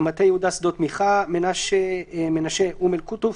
מטה יהודה - שדות מיכה, מנשה - אום אל-קוטוף,